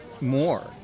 more